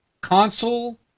Console